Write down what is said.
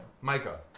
Micah